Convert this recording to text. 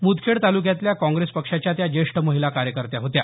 मुदखेड तालुक्यातल्या कॉंग्रेस पक्षाच्या त्या जेष्ठ महिला कार्यकर्त्या होत्या